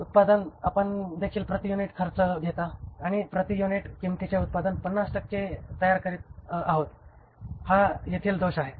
उत्पादन आपण देखील प्रति युनिट खर्च घेता आणि आपण प्रति युनिट किंमतीचे उत्पादन 50 टक्के तयार करीत आहोत हा येथील दोष आहे